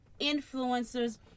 influencers